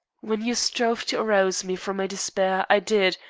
when you strove to arouse me from my despair i did,